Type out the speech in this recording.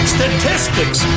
Statistics